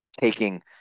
taking